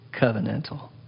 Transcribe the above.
covenantal